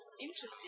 interesting